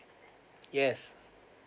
yes